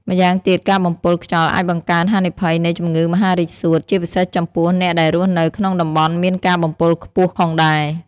ម្យ៉ាងទៀតការបំពុលខ្យល់អាចបង្កើនហានិភ័យនៃ ជំងឺមហារីកសួត ជាពិសេសចំពោះអ្នកដែលរស់នៅក្នុងតំបន់មានការបំពុលខ្ពស់ផងដែរ។